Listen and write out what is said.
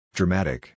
Dramatic